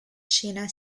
scena